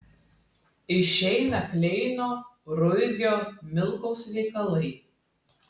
išeina kleino ruigio milkaus veikalai